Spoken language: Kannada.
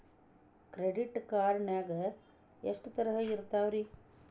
ಕ್ರೆಡಿಟ್ ಕಾರ್ಡ್ ನಾಗ ಎಷ್ಟು ತರಹ ಇರ್ತಾವ್ರಿ?